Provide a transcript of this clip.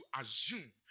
assume